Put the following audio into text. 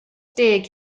deg